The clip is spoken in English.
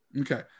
Okay